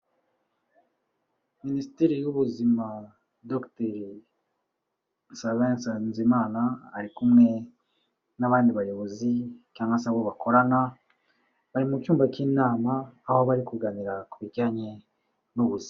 Minisiteri y'ubuzima, dogiteri Sabin Nsanzimana ari kumwe n'abandi bayobozi cyangwa se abo bakorana, bari mu cyumba cy'inama aho bari kuganira ku bijyanye n'ubuzima.